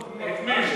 אנחנו מפנים.